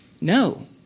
No